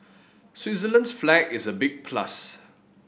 Switzerland's flag is a big plus